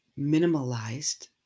minimalized